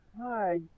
Hi